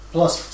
Plus